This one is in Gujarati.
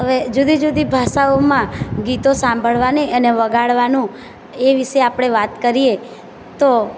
હવે જુદી જુદી ભાષાઓમાં ગીતો સાંભળવાની અને વગાડવાનો એ વિશે આપણે વાત કરીએ તો